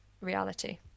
reality